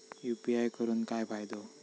UPI करून काय फायदो?